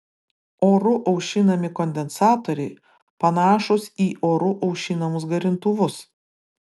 oru aušinami kondensatoriai panašūs į oru aušinamus garintuvus